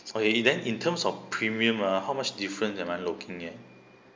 so he he then in terms of premium ah how much different that I'm looking at